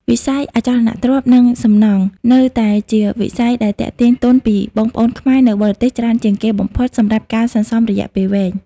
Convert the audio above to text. វិស័យអចលនទ្រព្យ និងសំណង់ នៅតែជាវិស័យដែលទាក់ទាញទុនពីបងប្អូនខ្មែរនៅបរទេសច្រើនជាងគេបំផុតសម្រាប់ការសន្សំរយៈពេលវែង។